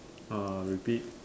uh repeat